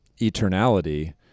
eternality